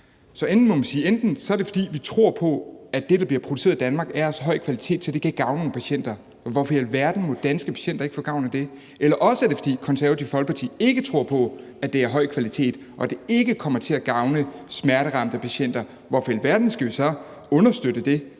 Konservative Folkeparti tror på, at det, der bliver produceret i Danmark, er af så høj kvalitet, at det kan gavne nogle patienter. Men hvorfor i alverden må danske patienter ikke få gavn af det? Eller også er det, fordi Det Konservative Folkeparti ikke tror på, at det er af høj kvalitet, og at det ikke kommer til at gavne smerteramte patienter. Men hvorfor i alverden skal vi så understøtte det,